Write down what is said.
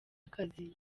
akazi